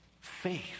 Faith